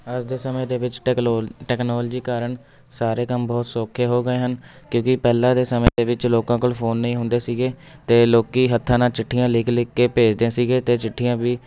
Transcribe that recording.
ਅੱਜ ਦੇ ਸਮੇਂ ਦੇ ਵਿੱਚ ਟੈਕਲੋ ਟੈਕਨੋਲਜੀ ਕਾਰਨ ਸਾਰੇ ਕੰਮ ਬਹੁਤ ਸੌਖੇ ਹੋ ਗਏ ਹਨ ਕਿਉਂਕਿ ਪਹਿਲਾਂ ਦੇ ਸਮੇਂ ਦੇ ਵਿੱਚ ਲੋਕਾਂ ਕੋਲ ਫ਼ੋਨ ਨਹੀਂ ਹੁੰਦੇ ਸੀਗੇ ਅਤੇ ਲੋਕ ਹੱਥਾਂ ਨਾਲ਼ ਚਿੱਠੀਆਂ ਲਿਖ ਲਿਖ ਕੇ ਭੇਜਦੇ ਸੀਗੇ ਅਤੇ ਚਿੱਠੀਆਂ ਵੀ